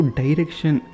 direction